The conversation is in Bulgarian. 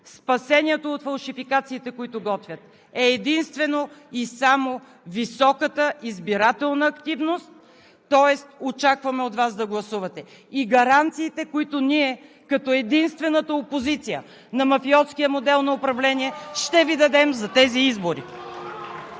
спасението от фалшификациите, които готвят, е единствено и само високата избирателна активност, тоест очакваме от Вас да гласувате и гаранциите, които ние, като единствената опозиция на мафиотския модел на управление, ще Ви дадем за тези избори.